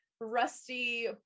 rusty